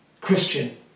Christian